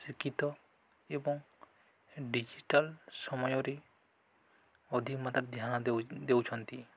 ଶିକ୍ଷିତ ଏବଂ ଡିଜିଟାଲ୍ ସମୟରେ ଅଧିକ ମାତ୍ରାରେ ଧ୍ୟାନ ଦେଉଛନ୍ତି